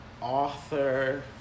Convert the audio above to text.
author